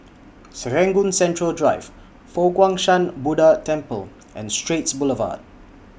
Serangoon Central Drive Fo Guang Shan Buddha Temple and Straits Boulevard